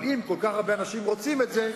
אבל אם כל כך הרבה אנשים רוצים את זה,